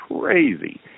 crazy